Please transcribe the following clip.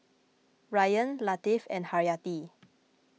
Ryan Latif and Haryati